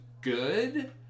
good